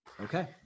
Okay